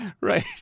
right